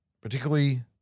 particularly